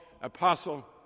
apostle